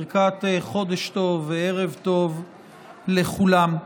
ברכת חודש טוב וערב טוב לכולם.